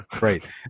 Right